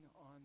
on